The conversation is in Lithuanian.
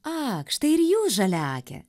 ak štai ir jūs žaliaake